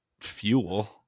Fuel